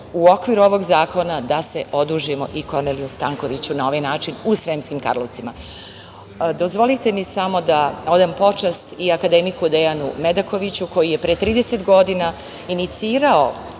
u okviru ovog zakona i da se odužimo i Korneliju Stankoviću na ovaj način u Sremskim Karlovcima. Dozvolite mi samo da odam i počast akademiku Dejanu Medakoviću koji je pre 30 godina inicirao